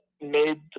made